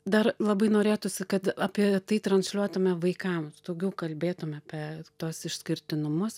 dar labai norėtųsi kad apie tai transliuotume vaikams daugiau kalbėtume apie tuos išskirtinumus